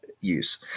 use